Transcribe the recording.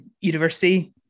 university